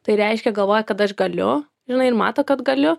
tai reiškia galvoja kad aš galiu žinai ir mato kad galiu